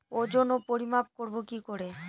ওজন ও পরিমাপ করব কি করে?